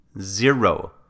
Zero